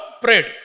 prayed